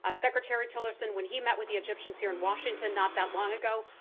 ah secretary tillerson, when he met with the egyptians here in washington not that long ago,